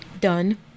Done